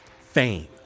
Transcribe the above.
fame